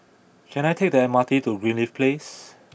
can I take the M R T to Greenleaf Place